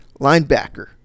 linebacker